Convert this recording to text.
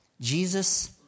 Jesus